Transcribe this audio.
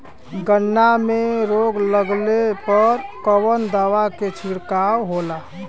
गन्ना में रोग लगले पर कवन दवा के छिड़काव होला?